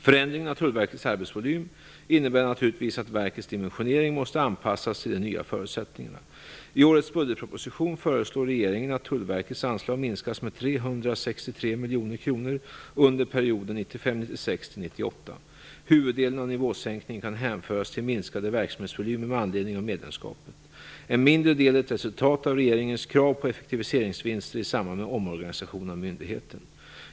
Förändringen av Tullverkets arbetsvolym innebär naturligtvis att verkets dimensionering måste anpassas till de nya förutsättningarna. Tullverkets anslag minskas med 363 miljoner kronor under budgetperioden 1995/96-1998. Huvuddelen av nivåsänkningen kan hänföras till minskade verksamhetsvolymer med anledning av EU-medlemskapet. En mindre del är ett resultat av regeringens krav på effektiviseringsvinster i samband med omorganisation av myndigheten.